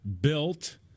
built